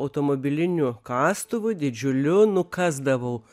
automobiliniu kastuvu didžiuliu nukasdavau